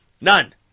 None